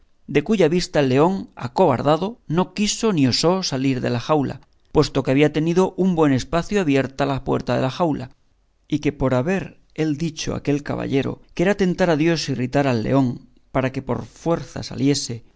de cuya vista el león acobardado no quiso ni osó salir de la jaula puesto que había tenido un buen espacio abierta la puerta de la jaula y que por haber él dicho a aquel caballero que era tentar a dios irritar al león para que por fuerza saliese